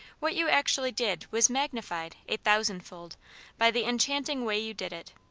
what you actually did was magnified a thousandfold by the enchanting way you did it.